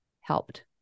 helped